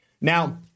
Now